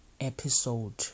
episode